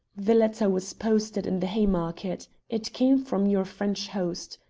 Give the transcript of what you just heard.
the letter was posted in the haymarket. it came from your french host.